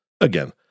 Again